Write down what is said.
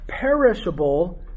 perishable